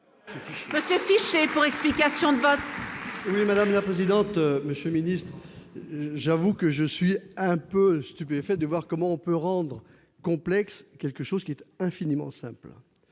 Monsieur fiché pour explication de vote. Oui, madame la présidente, monsieur le ministre, j'avoue que je suis un peu stupéfait de voir comment on peut rendre complexe, quelque chose qui est infiniment simple